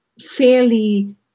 fairly